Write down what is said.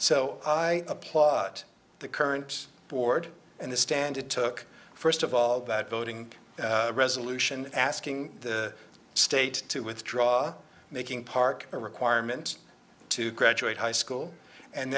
applaud the current board and the stand it took first of all that voting resolution asking the state to withdraw making park a requirement to graduate high school and